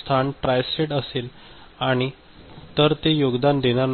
स्थान तट्रायस्टेट असेल आणि तर ते योगदान देणार नाही